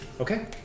Okay